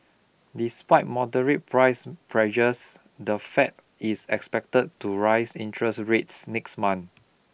despite moderate price pressures the Fed is expected to raise interest rates next month